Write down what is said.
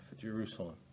Jerusalem